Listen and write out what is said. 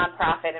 nonprofit